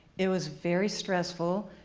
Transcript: it was very stressful.